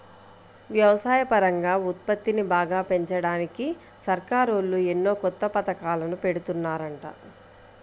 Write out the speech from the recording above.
వ్యవసాయపరంగా ఉత్పత్తిని బాగా పెంచడానికి సర్కారోళ్ళు ఎన్నో కొత్త పథకాలను పెడుతున్నారంట